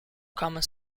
common